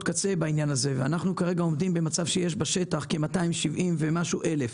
קצה ואנחנו עומדים במצב שיש בשטח כ-270 אלף.